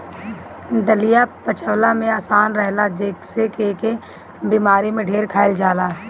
दलिया पचवला में आसान रहेला जेसे एके बेमारी में ढेर खाइल जाला